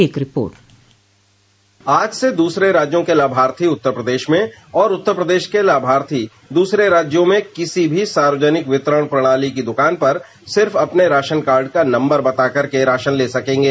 एक रिपोर्ट आज से दूसरे राज्यों के लाभार्थी उत्तर प्रदेश में और उत्तर प्रदेश के लाभार्थी दूसरे राज्यों में किसी भी सार्वजनिक वितरण प्रणाली की दुकान पर सिर्फ अपने राशन कार्ड का नम्बर बता करके राशन ले सकेंगे